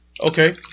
Okay